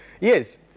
yes